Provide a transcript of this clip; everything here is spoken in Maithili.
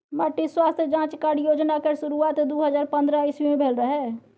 माटि स्वास्थ्य जाँच कार्ड योजना केर शुरुआत दु हजार पंद्रह इस्बी मे भेल रहय